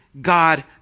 God